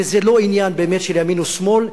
וזה באמת לא עניין של ימין ושמאל,